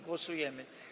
Głosujemy.